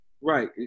Right